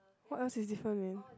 what else is different man